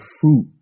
fruit